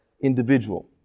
individual